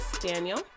daniel